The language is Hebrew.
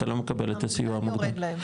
אתה לא מקבל את הסיוע המוגדל,